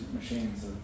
machines